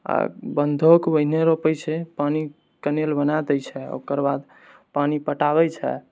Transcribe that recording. आओर बन्धोके ओहिना रोपै छै पानि केनाल बना दै छै ओकरबाद पानि पटाबै छै